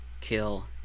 kill